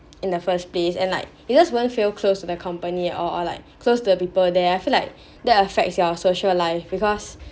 in the first place and like you just won't feel close the company at all or like close to the people there I feel like that affects your social life because